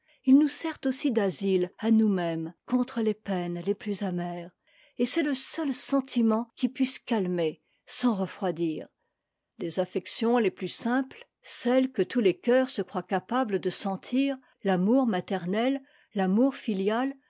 h nous sert aussi d'asile à nous-mêmes contre les peines les plus amères et c'est le seul sentiment qui puisse calmer sans refroidir les affections les plus simples celles que tous les cœurs se croient capables de sentir l'amour maternel l'amour filial